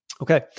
Okay